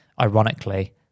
ironically